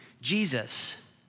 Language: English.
Jesus